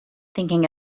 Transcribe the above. thinking